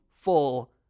full